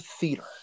theater